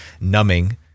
numbing